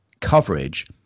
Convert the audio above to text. coverage